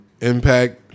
Impact